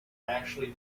actually